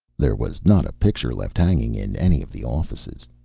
there was not a picture left hanging in any of the offices.